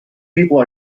people